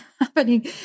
happening